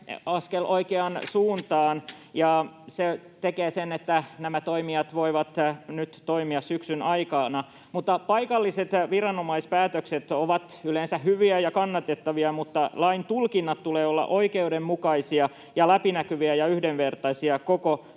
askel oikeaan suuntaan, ja se tekee sen, että nämä toimijat voivat nyt toimia syksyn aikana. Paikalliset viranomaispäätökset ovat yleensä hyviä ja kannatettavia, mutta lain tulkintojen tulee olla oikeudenmukaisia ja läpinäkyviä ja yhdenvertaisia koko